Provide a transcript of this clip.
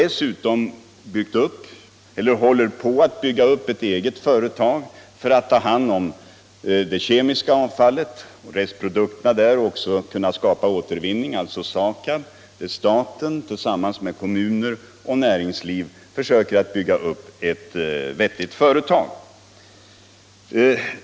Staten håller dessutom på att tillsammans med kommuner och näringsliv bygga upp ett företag, SAKAB, för återvinning av bl.a. kemiskt avfall.